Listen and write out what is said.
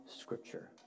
Scripture